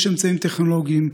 יש אמצעים טכנולוגיים,